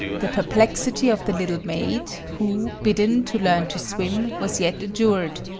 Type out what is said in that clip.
the perplexity of the little maid, who, bidden to learn to swim, was yet adjured,